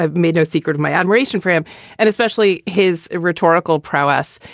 ah made no secret of my admiration for him and especially his rhetorical prowess.